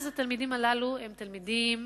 התלמידים הללו הם תלמידים